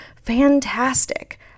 fantastic